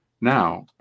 Now